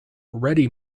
ready